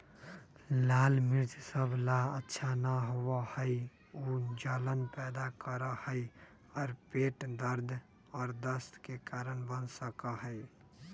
लाल मिर्च सब ला अच्छा न होबा हई ऊ जलन पैदा करा हई और पेट दर्द और दस्त के कारण बन सका हई